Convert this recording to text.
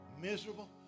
Miserable